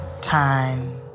time